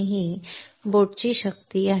ही बोटी ची पॉवर आहे